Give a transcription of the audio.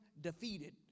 defeated